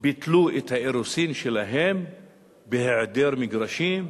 ביטלו את האירוסים שלהם בהיעדר מגרשים,